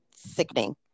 sickening